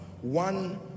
One